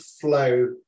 flow